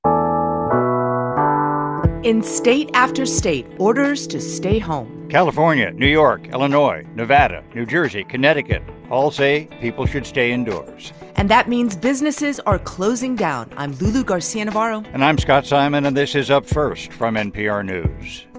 um ah in state after state, orders to stay home california, new york, illinois, nevada, new jersey, connecticut all say people should stay indoors and that means businesses are closing down. i'm lulu garcia-navarro and i'm scott simon. and this is up first from npr news